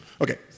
okay